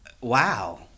wow